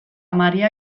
maria